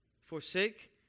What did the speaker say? Forsake